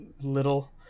little